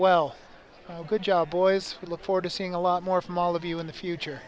well and good job boys i look forward to seeing a lot more from all of you in the future